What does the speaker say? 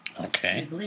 okay